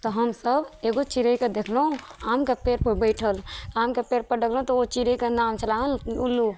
तऽ हमसब एगो चिड़ैके देखलहुॅं आमके पेड़ पर बैसल आमके पेड़ पर देखलहुॅं तऽ ओ चिड़ैके नाम छल उल्लू